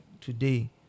today